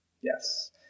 Yes